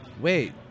Wait